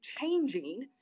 changing